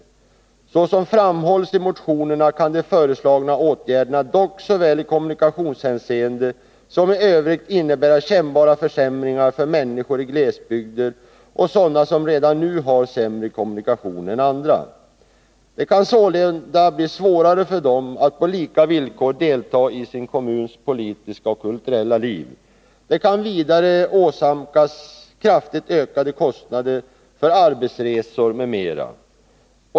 Så som framhålls i motionerna kan de föreslagna åtgärderna dock såväl i kommunikationshänseende som i övrigt innebära kännbara försämringar för människor i glesbygder och sådana som redan nu har sämre kommunikationer än andra. Det kan sålunda bli svårare för dem att på lika villkor delta i sin kommuns politiska och kulturella liv. De kan vidare åsamkas kraftigt ökade kostnader för arbetsresor m.m.